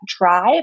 drive